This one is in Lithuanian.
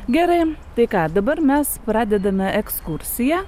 gerai tai ką dabar mes pradedame ekskursiją